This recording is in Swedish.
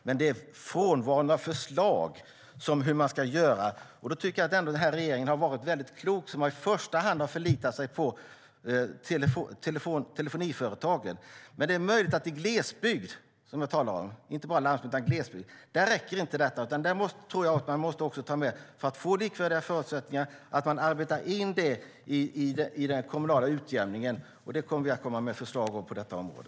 Men det är en frånvaro av förslag om hur man ska göra. Jag tycker att denna regering ändå har varit väldigt klok som i första hand har förlitat sig på telefoniföretagen. Men det är möjligt att detta inte räcker i glesbygd, och inte bara landsbygd, utan för att få likvärdiga förutsättningar måste man arbeta in det i den kommunala utjämningen. Vi kommer att komma med förslag om det på detta område.